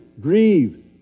Grieve